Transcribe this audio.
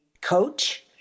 coach